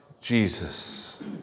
Jesus